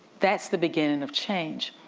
that's the beginning of change.